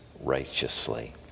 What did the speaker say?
righteously